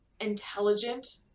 intelligent